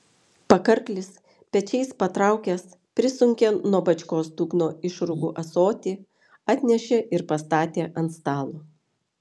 pakarklis pečiais patraukęs prisunkė nuo bačkos dugno išrūgų ąsotį atnešė ir pastatė ant stalo